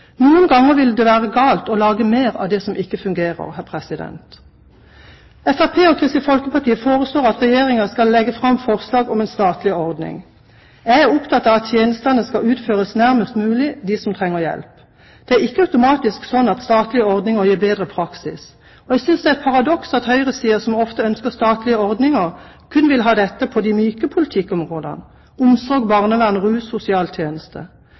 Noen ganger vil det være galt å lage mer av det som ikke fungerer. Fremskrittspartiet og Kristelig Folkeparti foreslår at Regjeringen skal legge fram forslag om en statlig ordning. Jeg er opptatt av at tjenestene skal utføres nærmest mulig dem som trenger hjelp. Det er ikke automatisk sånn at statlige ordninger gir bedre praksis. Og jeg synes det er et paradoks at høyredsiden, som ofte ønsker statlige ordninger, kun vil ha dette på de myke politikkområdene: omsorg, barnevern, rus